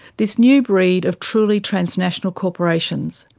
this new breed of truly transnational corporations,